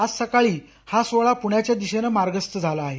आज सकाळी हा सोहोळा पुण्याच्या दिशेनं मार्गस्थ झाला आहे